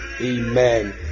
Amen